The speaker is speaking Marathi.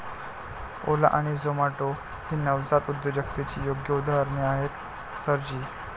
ओला आणि झोमाटो ही नवजात उद्योजकतेची योग्य उदाहरणे आहेत सर जी